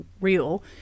real